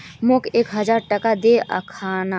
मोक एक हजार टका दे अखना